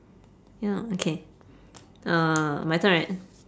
ya okay uh my turn right